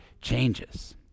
changes